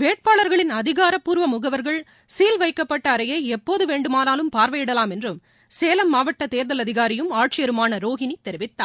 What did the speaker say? வேட்பாளர்களின் அதிகாரப்பூர்வ முகவர்கள் சீல் செய்யப்பட்ட அறையை எப்போது வேண்டுமானாலும் பார்வையிடலாம் என்றும் சேலம் மாவட்ட தேர்தல் அதிகாரியும் ஆட்சியருமான ரோகினி தெரிவித்தார்